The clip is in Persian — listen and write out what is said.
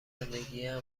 زندگیم